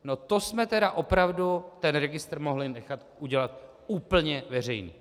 No jsme tedy opravdu registr mohli nechat udělat úplně veřejný!